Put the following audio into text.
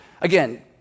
Again